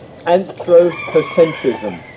Anthropocentrism